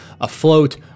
afloat